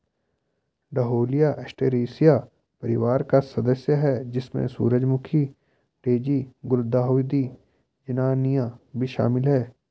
dahlia Asteraceae परिवार का सदस्य है, जिसमें सूरजमुखी, डेज़ी, गुलदाउदी, झिननिया भी शामिल है